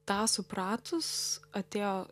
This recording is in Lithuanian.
tą supratus atėjo